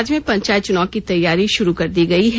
राज्य में पंचायत चुनाव की तैयारी शुरू कर दी गई है